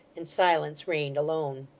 and silence reigned alone.